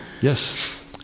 Yes